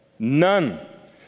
None